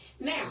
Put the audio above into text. Now